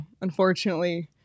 unfortunately